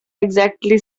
exactly